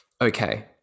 Okay